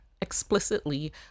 explicitly